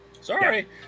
Sorry